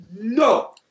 no